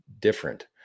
different